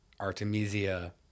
Artemisia